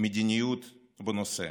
מדיניות בנושא.